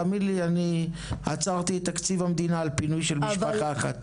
תאמין לי אני עצרתי את תקציב המדינה על פינוי של משפחה אחת.